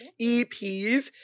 EPs